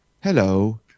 Hello